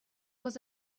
was